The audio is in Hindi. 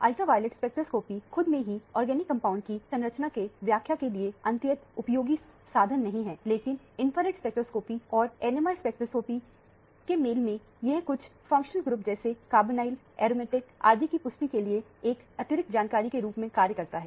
अल्ट्रावॉयलेट स्पेक्ट्रोस्कोपी खुद में ही ऑर्गेनिक कंपाउंड की संरचना के व्याख्या के लिए अत्यंत उपयोगी साधन नहीं है लेकिन इंफ्रारेड स्पेक्ट्रोस्कॉपी और NMR स्पेक्ट्रोस्कोपी के मेल में यह कुछ फंक्शनल ग्रुप जैसे कार्बोनाइल एरोमेटिक आदि की पुष्टि के लिए एक अतिरिक्त जानकारी के रूप में कार्य करता है